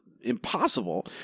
impossible